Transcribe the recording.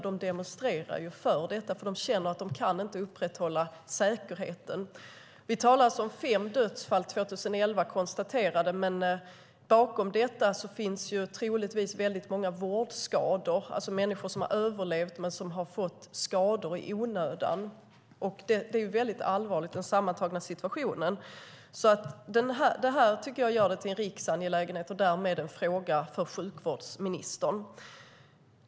De demonstrerar mot detta, för de känner att de inte kan upprätthålla säkerheten. Vi talar alltså om fem konstaterade dödsfall 2011. Men bakom detta finns troligtvis många vårdskador, alltså människor som har överlevt men som har fått skador i onödan. Den sammantagna situationen är allvarlig. Jag tycker att det här gör detta till en riksangelägenhet och därmed en fråga för sjukvårdsministern.